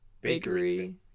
Bakery